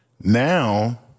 now